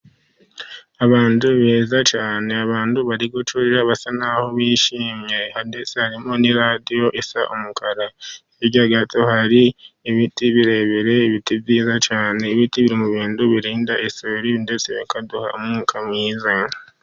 Abantu beza cyane abantu bari gucurira basa nk'aho bishimye hadesa harimo n'iradiyo isa umukara. Hirya gato hari ibiti birebire ibiti byiza cyane ibiti biri mu bintu birinda isuri ndetse bikaduha umwuka mwiza.